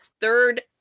third